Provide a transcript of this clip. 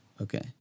Okay